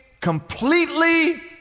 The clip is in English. completely